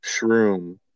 shroom